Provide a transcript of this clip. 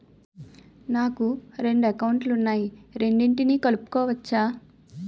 నాకు రెండు అకౌంట్ లు ఉన్నాయి రెండిటినీ కలుపుకోవచ్చా?